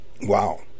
Wow